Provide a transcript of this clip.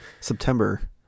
September